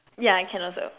yeah can also